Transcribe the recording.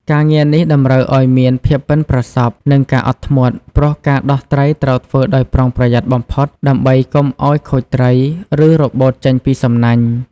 ការងារនេះតម្រូវឲ្យមានភាពប៉ិនប្រសប់និងការអត់ធ្មត់ ព្រោះការដោះត្រីត្រូវធ្វើដោយប្រុងប្រយ័ត្នបំផុតដើម្បីកុំឲ្យខូចត្រី ឬរបូតចេញពីសំណាញ់។